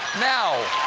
now,